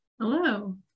Hello